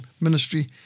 ministry